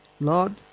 Lord